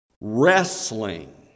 wrestling